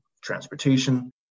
transportation